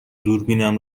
دوربینم